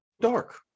dark